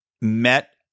met